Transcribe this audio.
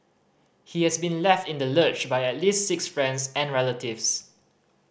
he has been left in the lurch by at least six friends and relatives